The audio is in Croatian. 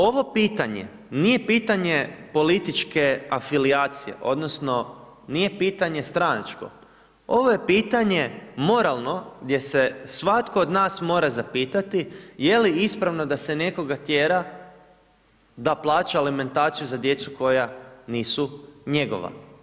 Ovo pitanje nije pitanje političke afilijacije odnosno nije pitanje stranačko, ovo je pitanje moralno gdje se svatko od nas mora zapitati je li ispravo da se nekoga tjera da plaća alimentaciju za djecu koja nisu njegova.